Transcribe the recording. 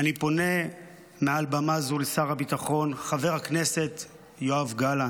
אני פונה מעל במה זו לשר הביטחון חבר הכנסת יואב גלנט: